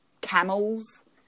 camels